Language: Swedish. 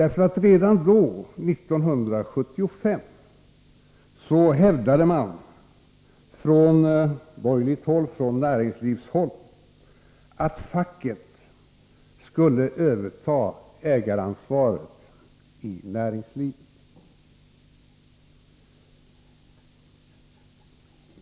Redan då, 1975, hävdade man från borgerligt håll, från näringslivshåll, att facket skulle överta ägaransvaret i näringslivet.